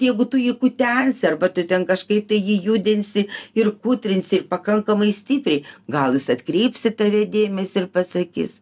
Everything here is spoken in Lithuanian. jeigu tu jį kutensi arba tu ten kažkaip tai jį judinsi ir putrinsi ir pakankamai stipriai gal jis atkreips į tave dėmesį ir pasakys